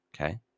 okay